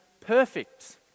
perfect